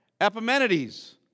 Epimenides